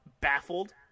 baffled